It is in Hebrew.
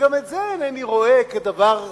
וגם את זה אינני רואה כדבר סטטי.